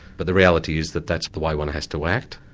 but the reality is that that's the way one has to act.